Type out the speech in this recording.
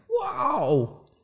Wow